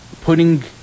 putting